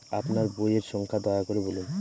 আপনার বইয়ের সংখ্যা দয়া করে বলুন?